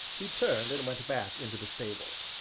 he turned and went back into the stable.